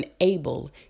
unable